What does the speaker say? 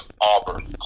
Auburn